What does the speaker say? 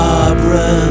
Barbara